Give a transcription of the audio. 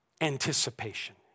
anticipation